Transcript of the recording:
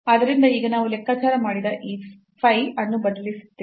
ಆದ್ದರಿಂದ ಈಗ ನಾವು ಲೆಕ್ಕಾಚಾರ ಮಾಡಿದ ಈ ಫೈ ಅನ್ನು ಬದಲಿಸುತ್ತೇವೆ